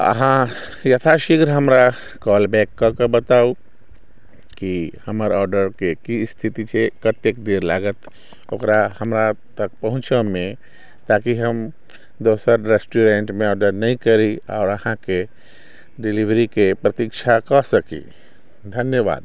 अहाँ यथा शीघ्र हमरा कॉल बैक कएके बताउ की हमर ऑर्डरके की स्थिति छै कतेक बेर लागत ओकरा हमरा तक पहुँचऽ मे ताकि हम दोसर रेस्टूरेंटमे ऑर्डर नहि करी आओर अहाँके डिलिवरीके प्रतीक्षा कऽ सकी धन्यवाद